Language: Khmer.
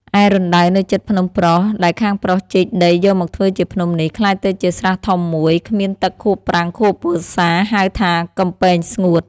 ឯរណ្ដៅនៅជិតភ្នំប្រុស ដែលខាងប្រុសជីកដីយកមកធ្វើជាភ្នំនេះ ក្លាយទៅជាស្រះធំ ១ គ្មានទឹកខួបប្រាំងខួបវស្សា ហៅថា កំពែងស្ងួត ។